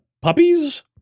puppies